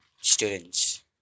students